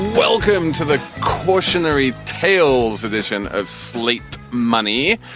welcome to the cautionary tales edition of slate money,